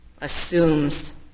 assumes